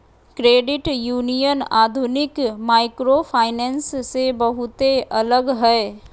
credit union आधुनिक microfinance से बहुते अलग हय